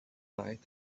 night